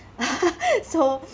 so